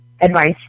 advice